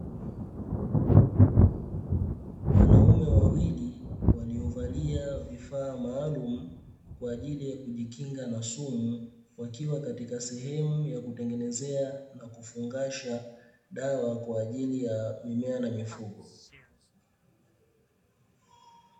Wanaume wawili walio valia vifaa maalumu kwa ajili ya kujikinga na sumu, wakiwa katika sehemu ya kutengenezea na kufungasha dawa kwa ajili ya mimea na mifugo.